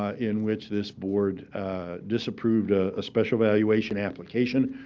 ah in which this board disapproved a special valuation application.